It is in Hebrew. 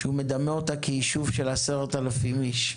כיישוב של 10,000 איש.